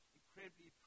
incredibly